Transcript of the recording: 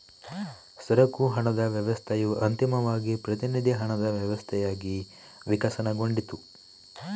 ಸರಕು ಹಣದ ವ್ಯವಸ್ಥೆಯು ಅಂತಿಮವಾಗಿ ಪ್ರತಿನಿಧಿ ಹಣದ ವ್ಯವಸ್ಥೆಯಾಗಿ ವಿಕಸನಗೊಂಡಿತು